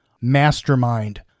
MASTERMIND